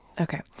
Okay